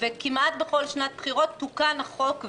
בוקר טוב,